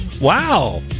Wow